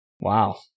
Wow